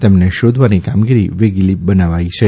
તેમને શોધવાની કામગીરી વેગીલી બનાવી છે